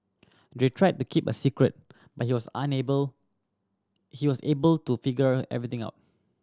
they tried to keep it a secret but he was unable he was able to figure everything out